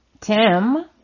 Tim